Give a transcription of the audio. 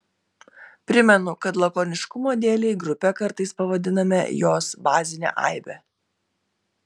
primenu kad lakoniškumo dėlei grupe kartais pavadiname jos bazinę aibę